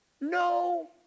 No